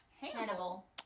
Hannibal